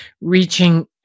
reaching